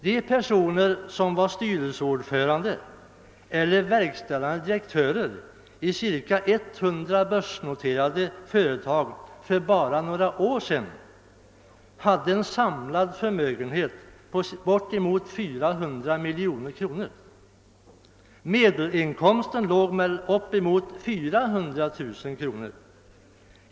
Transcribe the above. De personer som var styrelseordförande eller verkställande direktörer i omkring 100 börsnoterade företag hade för bara några år sedan en sammanlagd förmögenhet på inemot 400 miljoner kronor. Medelinkomsten var upp emot 400 000 kronor.